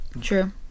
True